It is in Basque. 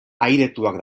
ahaidetuak